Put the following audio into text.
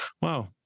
wow